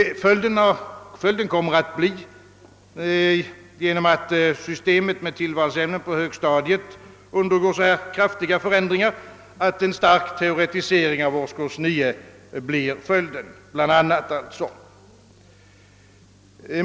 Följden av att systemet med tillvalsämnen på högstadiet undergår så stora förändringar kommer bl.a. att bli en stark teoretisering av årskurs 9.